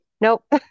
nope